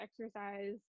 exercise